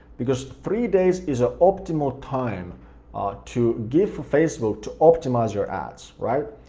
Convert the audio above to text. because three days is a optimal time to give for facebook to optimize your ads, right?